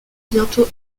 bientôt